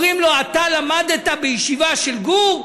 אומרים לו: למדת בישיבה של גור,